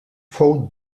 fou